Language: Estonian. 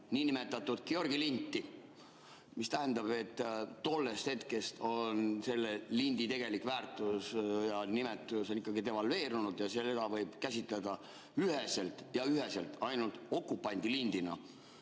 ei laseks – Georgi linti. See tähendab, et tollest hetkest on selle lindi tegelik väärtus ja nimetus ikkagi devalveerunud ja seda võib käsitleda üheselt ainult okupandi lindina.